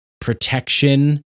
protection